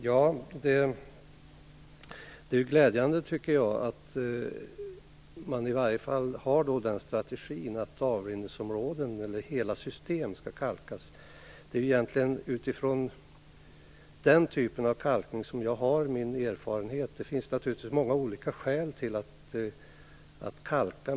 Fru talman! Jag tycker att det är glädjande att man i varje fall har den strategin att avrinnigsområden, eller hela system, skall kalkas. Det är egentligen den typen av kalkning jag har min erfarenhet från. Det finns naturligtvis många olika skäl att kalka.